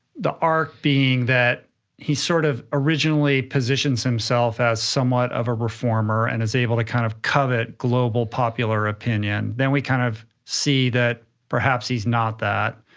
the arc being that he sort of originally positioned himself as somewhat of a reformer and is able to kind of covet global popular opinion, then we kind of see that perhaps he's not that,